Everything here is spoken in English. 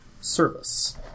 service